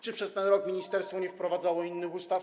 Czy przez ten rok ministerstwo nie opracowywało innych ustaw?